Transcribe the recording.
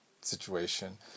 situation